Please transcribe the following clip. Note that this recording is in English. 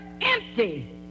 empty